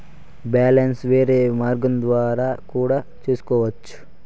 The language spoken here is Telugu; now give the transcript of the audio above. బ్యాలెన్స్ వేరే మార్గం ద్వారా కూడా తెలుసుకొనొచ్చా?